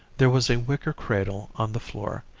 there was a wicker cradle on the floor,